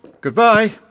Goodbye